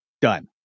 Done